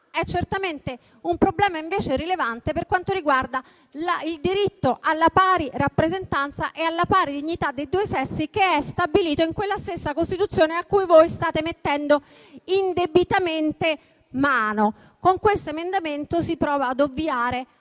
di minor conto, ma è invece rilevante per quanto riguarda il diritto alla pari rappresentanza e alla pari dignità dei due sessi, che è stabilito in quella stessa Costituzione a cui voi state mettendo indebitamente mano. Con questo emendamento si prova ad ovviare